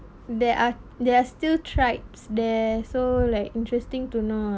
there are there are still tribes there so like interesting to know ah